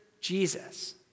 Jesus